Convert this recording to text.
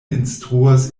instruas